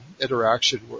interaction